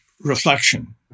reflection